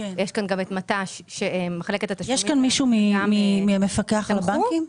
ונמצאים כאן נציגים ממחלקת התשלומים.